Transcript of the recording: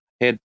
head